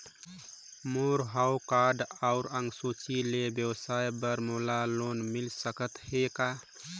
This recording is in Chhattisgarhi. मोर हव कारड अउ अंक सूची ले व्यवसाय बर मोला लोन मिल सकत हे का?